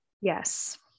yes